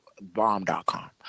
bomb.com